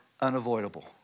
unavoidable